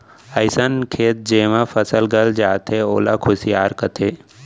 अइसन खेत जेमा फसल गल जाथे ओला खुसियार कथें